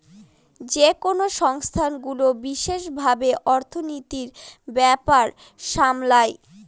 যেকোনো সংস্থাগুলো বিশেষ ভাবে অর্থনীতির ব্যাপার সামলায়